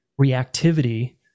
reactivity